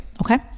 Okay